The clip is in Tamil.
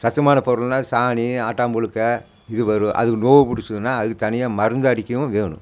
சத்துமான பொருளுன்னா சாணி ஆட்டாம்புழுக்கை இது வரும் அது நோய் பிடிச்சிதுன்னா அதுக்கு தனியாக மருந்து அடிக்கவும் வேணும்